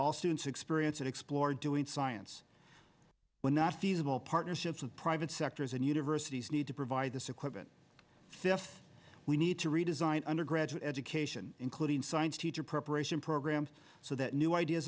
all students experience and explore doing science when not feasible partnerships with private sectors and universities need to provide this equipment fifth we need to redesign undergraduate education including science teacher preparation programs so that new ideas